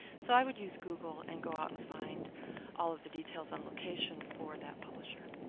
so i would use google and go out and find all of the details on location for that publisher.